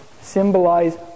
symbolize